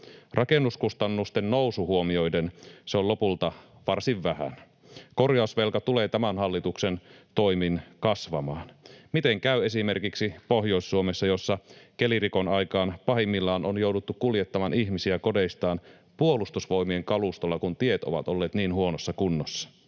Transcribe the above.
Rakennuskustannusten nousu huomioiden se on lopulta varsin vähän. Korjausvelka tulee tämän hallituksen toimin kasvamaan. Miten käy esimerkiksi Pohjois-Suomessa, jossa kelirikon aikaan pahimmillaan on jouduttu kuljettamaan ihmisiä kodeistaan Puolustusvoimien kalustolla, kun tiet ovat olleet niin huonossa kunnossa?